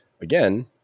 again